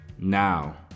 Now